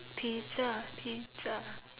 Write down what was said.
pizza pizza